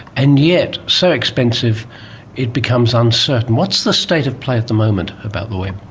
and yet so expensive it becomes uncertain. what's the state of play at the moment about the webb?